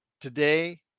Today